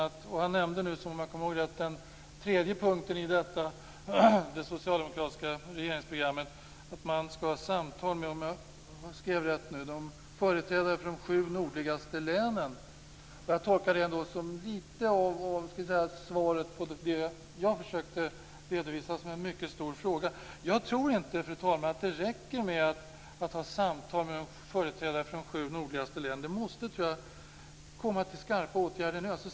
Sedan nämnde Göran Persson som tredje punkt i det socialdemokratiska regeringsprogrammet att man skall ha samtal med företrädare för de sju nordligaste länen. Jag tolkar det lite som ett svar på det som jag försökte redovisa som en mycket stor fråga. Jag tror inte, fru talman, att det räcker med att föra samtal med företrädare för de sju nordligaste länen. Jag tror att det måste komma till starka åtgärder.